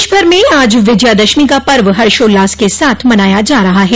देशभर में आज विजयादशमी का पर्व हर्षोल्लास के साथ मनाया जा रहा है